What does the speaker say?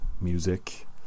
music